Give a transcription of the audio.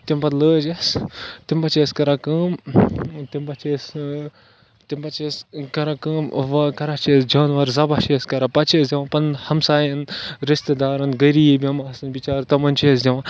تَمہِ پَتہٕ لٲج اَسہِ تَمہِ پَتہٕ چھِ أسۍ کَران کٲم تَمہِ پَتہٕ چھِ أسۍ تَمہِ پَتہٕ چھِ أسۍ کَران کٲم وا کَران چھِ أسۍ جانور ذبح چھِ أسۍ کَران پَتہٕ چھِ أسۍ دِوان پنٛنٮ۪ن ہَمسایَن رِشتہٕ دارَن غریٖب یِم آسَن بِچار تِمَن چھِ أسۍ دِوان